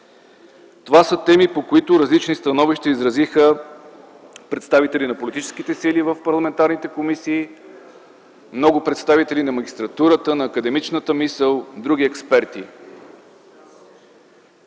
Това са теми, по които различни становища изразиха представители на политическите сили в парламентарните комисии, много представители на магистратурата, на академичната мисъл и други експерти.